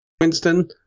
Winston